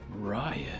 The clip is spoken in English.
Riot